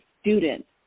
students